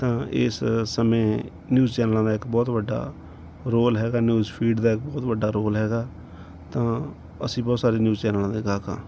ਤਾਂ ਇਸ ਸਮੇਂ ਨਿਊਜ਼ ਚੈਨਲਾਂ ਦਾ ਇੱਕ ਬਹੁਤ ਵੱਡਾ ਰੋਲ ਹੈਗਾ ਨਿਊਜ਼ ਫੀਡ ਦਾ ਇੱਕ ਬਹੁਤ ਵੱਡਾ ਰੋਲ ਹੈਗਾ ਤਾਂ ਅਸੀਂ ਬਹੁਤ ਸਾਰੇ ਨਿਊਜ਼ ਚੈਨਲਾਂ ਦੇ ਗਾਹਕ ਹਾਂ